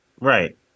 Right